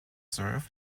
served